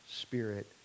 Spirit